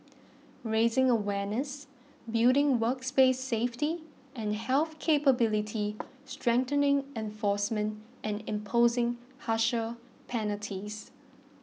raising awareness building works place safety and health capability strengthening enforcement and imposing harsher penalties